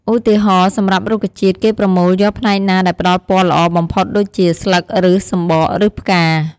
ឧទាហរណ៍ សម្រាប់រុក្ខជាតិ គេប្រមូលយកផ្នែកណាដែលផ្តល់ពណ៌ល្អបំផុតដូចជា ស្លឹក ឫស សំបក ឬផ្កា។